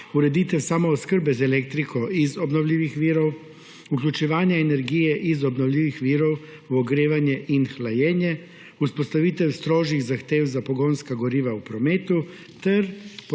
ureditev samooskrbe z elektriko iz obnovljivih virov; vključevanje energije iz obnovljivih virov v ogrevanje in hlajenje; vzpostavitev strožjih zahtev za pogonska goriva v prometu ter